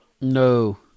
No